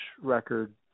record